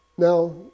Now